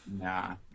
Nah